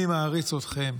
אני מעריץ אתכם.